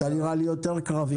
אתה נראה לי יותר קרבי ממני.